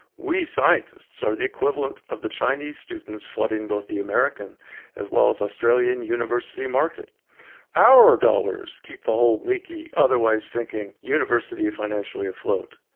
we scientists are the equivalent of the chinese students flooding both the american as well as australian university market our dollars keep the whole leaky, otherwise sinking university financially afloat.